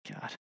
God